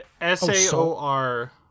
S-A-O-R